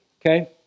okay